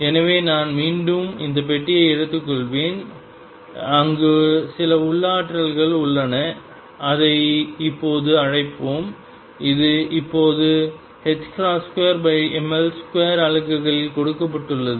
எனவே நான் மீண்டும் இந்த பெட்டியை எடுத்துக்கொள்வேன் அங்கு சில உள்ளாற்றல் உள்ளன அதை இப்போது அழைப்போம் இது இப்போது 2mL2 அலகுகளில் கொடுக்கப்பட்டுள்ளது